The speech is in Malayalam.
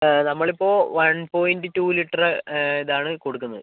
നമ്മളിപ്പോൾ വൺ പോയിന്റ് റ്റൂ ലിറ്റർ ഇതാണ് കൊടുക്കുന്നത്